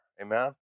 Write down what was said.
amen